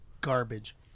garbage